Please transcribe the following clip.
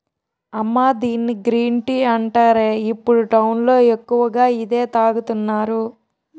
అమ్మా దీన్ని green tea అంటారే, ఇప్పుడు టౌన్ లో ఎక్కువగా ఇదే తాగుతున్నారు